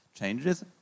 changes